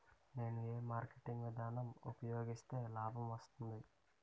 నేను ఏ మార్కెటింగ్ విధానం ఉపయోగిస్తే లాభం వస్తుంది?